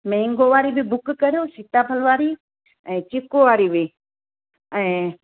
महांगो वारी बि बुक करो सीताफल वारी ऐं चीकूअ वारी बि ऐं